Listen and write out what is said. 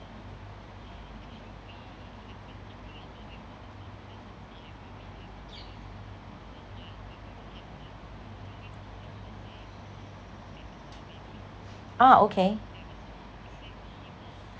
ah okay